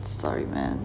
sorry man